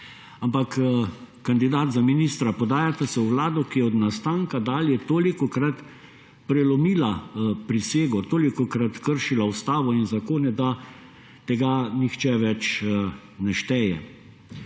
Ampak kandidat za ministra, podajate se v vlado, ki je od nastanka dalje tolikokrat prelomila prisego, tolikokrat kršila ustavo in zakone, da tega nihče več ne šteje.